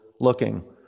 looking